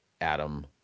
Adam